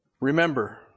Remember